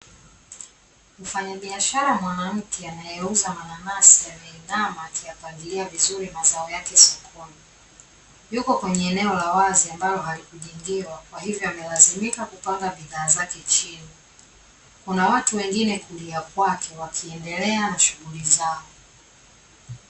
Mfanyabiashara mwanamke anayeuza mananasi, ameinama akiyapangilia vizuri mazao yake sokoni. Yuko kwenye eneo la wazi ambalo halikujengewa kwa hivyo amelazimika kupanga bidhaa zake chini. Kuna watu wengine kulia kwake wakiendelea na shughuli zao.